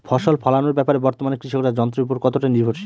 ফসল ফলানোর ব্যাপারে বর্তমানে কৃষকরা যন্ত্রের উপর কতটা নির্ভরশীল?